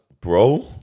Bro